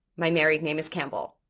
my married name is campbell,